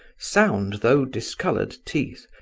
sound, though discoloured teeth,